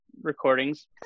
recordings